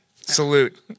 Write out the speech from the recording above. Salute